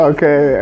Okay